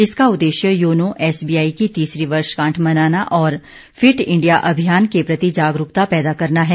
इसका उद्देश्य YONO SBI की तीसरी वर्षगांठ मनाना और फिट इंडिया अभियान के प्रति जागरूकता पैदा करना है